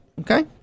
Okay